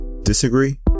Disagree